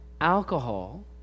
Alcohol